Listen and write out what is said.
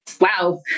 wow